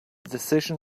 decision